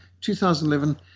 2011